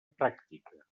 pràctica